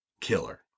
Killer